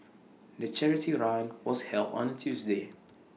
the charity run was held on A Tuesday